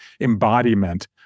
embodiment